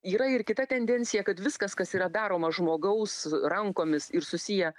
yra ir kita tendencija kad viskas kas yra daroma žmogaus rankomis ir susiję